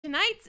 Tonight's